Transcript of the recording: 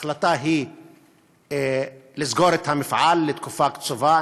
ההחלטה היא לסגור את המפעל לתקופה קצובה.